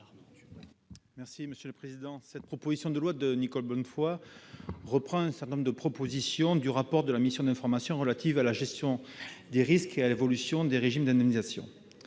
Bonhomme, sur l'article. Cette proposition de loi de Nicole Bonnefoy reprend un certain nombre de propositions du rapport de la mission d'information relative à la gestion des risques et à l'évolution des régimes d'indemnisation.